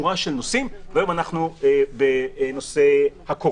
שורה של נושאים, והיום אנחנו בנושא הקורונה.